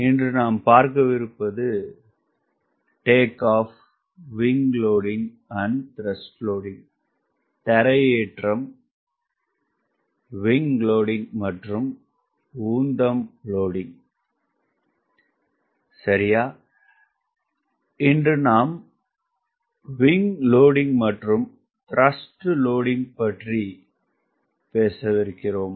இன்று நாம் wing loading மற்றும் தர்ஸ்ட் லோடிங்க் பற்றி பேசவிருக்கிறோம்